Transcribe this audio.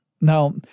Now